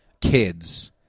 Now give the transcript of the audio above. kids